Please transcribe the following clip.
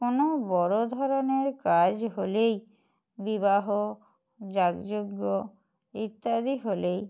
কোনো বড় ধরনের কাজ হলেই বিবাহ যাগযজ্ঞ ইত্যাদি হলেই